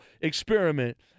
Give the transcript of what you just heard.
experiment